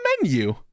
menu